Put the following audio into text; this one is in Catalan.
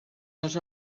les